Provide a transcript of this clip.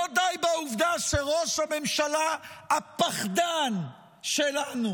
לא די בעובדה שראש הממשלה הפחדן שלנו